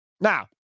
Now